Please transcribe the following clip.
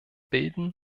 bilden